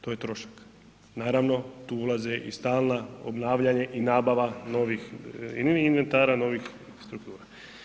To je trošak, naravno tu ulaze i stalno obnavljanje i nabava i inventara, novih struktura.